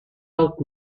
out